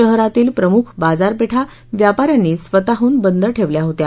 शहरातील प्रमुख बाजारपेठा व्यापाऱ्यांनी स्वतःहून बंद ठेवल्या होत्या